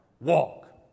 walk